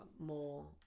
more